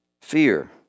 Fear